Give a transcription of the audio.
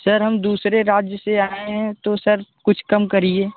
sir हम दूसरे राज्य से आएँ हैं तो सर कुछ कम करिए